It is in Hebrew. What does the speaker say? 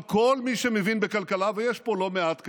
אבל כל מי שמבין בכלכלה, ויש פה לא מעט כאלה,